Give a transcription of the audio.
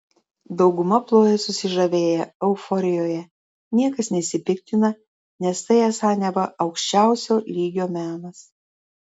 dauguma ploja susižavėję euforijoje niekas nesipiktina nes tai esą neva aukščiausio lygio menas